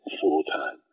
full-time